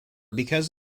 because